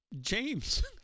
James